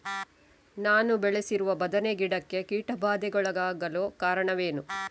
ನಾನು ಬೆಳೆಸಿರುವ ಬದನೆ ಗಿಡಕ್ಕೆ ಕೀಟಬಾಧೆಗೊಳಗಾಗಲು ಕಾರಣವೇನು?